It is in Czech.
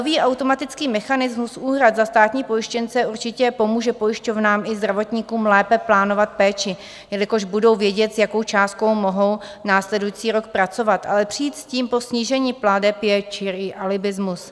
Nový automatický mechanismus úhrad za státní pojištěnce určitě pomůže pojišťovnám i zdravotníkům lépe plánovat péči, jelikož budou vědět, s jakou částkou mohou následující rok pracovat, ale přijít s tím po snížení plateb je čitý alibismus.